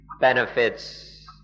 benefits